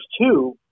two